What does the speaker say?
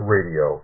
Radio